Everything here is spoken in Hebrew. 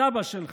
הסבא שלך,